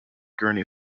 gurney